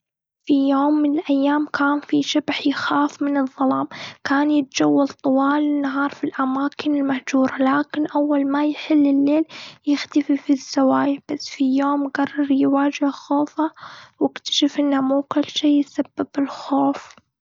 في يوم من الأيام، كان في شبح يخاف من الظلام. كان يتجول طوال النهار في الأماكن المهجوره. لكن أول ما يحل الليل، يختفي في الزوايا. بس في يوم قرر يواجه خوفه، واكتشف إنه مو كل شي يسبب الخوف.